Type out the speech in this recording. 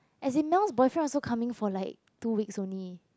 as in Mel's boyfriend also coming for like two weeks only